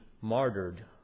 martyred